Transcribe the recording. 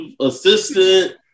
assistant